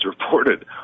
reported